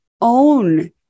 own